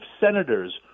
senators